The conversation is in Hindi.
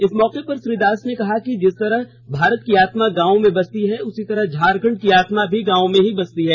इस मौके पर श्री दास ने कहा कि जिस तरह भारत की आत्मा गांवों में बसती है उसी तरह झारखंड की आत्मा भी गांवों में ही बसती है